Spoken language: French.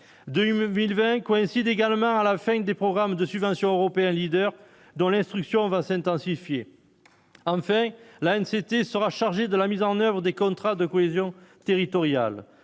20 coïncide également à la fin des programmes de subventions européen leader dont l'instruction va s'intensifier en fait, l'ANC était sera chargé de la mise en oeuvre des contrats de cohésion territoriale